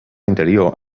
interior